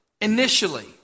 initially